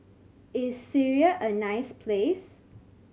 is Syria a nice place